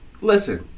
Listen